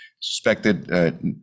suspected